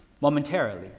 momentarily